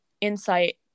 insight